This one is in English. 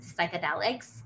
psychedelics